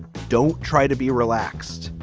don't try to be relaxed.